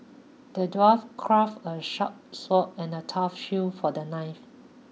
the dwarf crafted a sharp sword and a tough shield for the knife